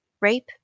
rape